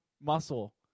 muscle